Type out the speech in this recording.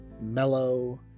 mellow